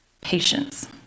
patience